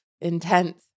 intense